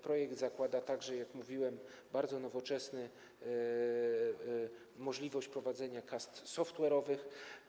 Projekt zakłada także, jak mówiłem, bardzo nowoczesną możliwość prowadzenia kas software’owych.